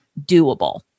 doable